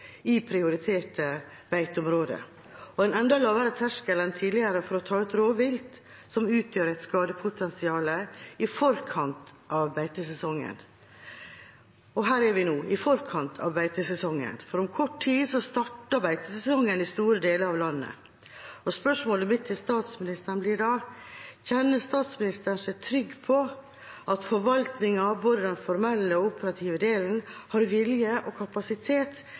i prioriterte beiteområder, og en enda lavere terskel enn tidligere for å ta ut rovvilt som utgjør et skadepotensial i forkant av beitesesongen. Her er vi nå – i forkant av beitesesongen. Om kort tid starter beitesesongen i store deler av landet. Spørsmålet mitt til statsministeren blir da: Kjenner statsministeren seg trygg på at forvaltningen, både den formelle og den operative delen, har vilje og kapasitet